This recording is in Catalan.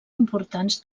importants